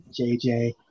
JJ